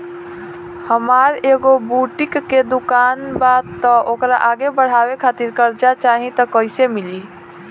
हमार एगो बुटीक के दुकानबा त ओकरा आगे बढ़वे खातिर कर्जा चाहि त कइसे मिली?